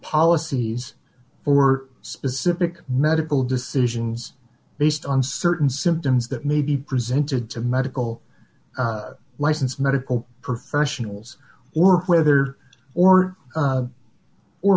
policies for specific medical decisions based on certain symptoms that may be presented to medical licensed medical professionals or whether or